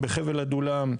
בחבל עדולם,